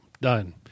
done